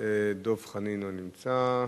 נמצא, דב חנין, לא נמצא,